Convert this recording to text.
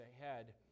ahead